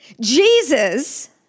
Jesus